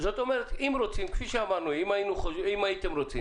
אומרת שכפי שאמרנו, אם הייתם רוצים